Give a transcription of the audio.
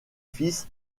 fils